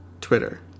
twitter